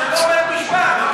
זה לא בית משפט.